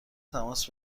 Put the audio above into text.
تماس